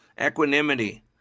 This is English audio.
Equanimity